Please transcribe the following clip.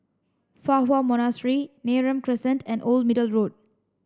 Fa Hua Monastery Neram Crescent and Old Middle Road